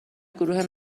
گروه